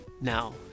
Now